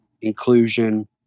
inclusion